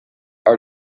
are